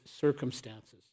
circumstances